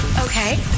okay